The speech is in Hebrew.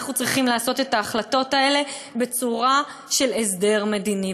אנחנו צריכים לעשות את ההחלטות האלה בצורה של הסדר מדיני.